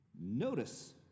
notice